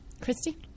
Christy